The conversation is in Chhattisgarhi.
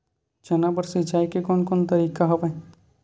चना बर सिंचाई के कोन कोन तरीका हवय?